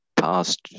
past